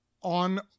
on